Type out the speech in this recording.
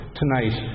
tonight